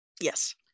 Yes